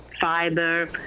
fiber